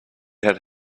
had